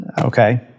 okay